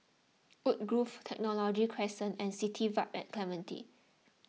Woodgrove Technology Crescent and City Vibe at Clementi